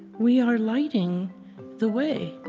we are lighting the way